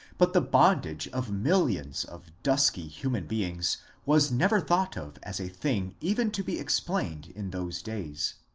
but the bondage of millions of dusky human beings was never thought of as a thing even to be explained in those days.